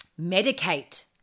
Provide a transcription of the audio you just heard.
medicate